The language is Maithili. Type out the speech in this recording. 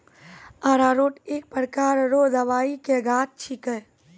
अरारोट एक प्रकार रो दवाइ के गाछ छिके